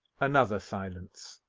another silence.